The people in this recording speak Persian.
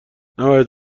نباید